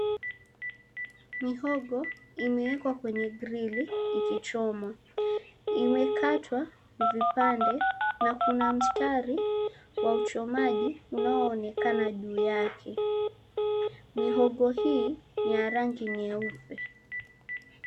Mihogo imeekwa kwenye grili ikichomwa imekatwa vipande na kuna mstari wa uchomaji unaoonekana juu yake. Mihogo hii ni ya rangi nyeupe.